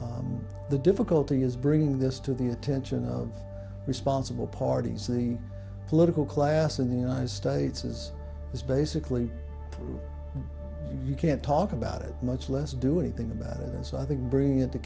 so the difficulty is bringing this to the attention of responsible parties in the political class in the united states is this basically you can't talk about it much less do anything than that and so i think bringing into